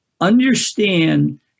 understand